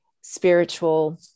spiritual